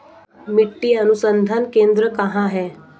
मिट्टी अनुसंधान केंद्र कहाँ है?